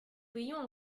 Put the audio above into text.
payons